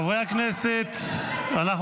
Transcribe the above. ------ חברי הכנסת, חבר הכנסת אלמוג כהן.